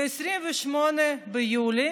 ב-28 ביולי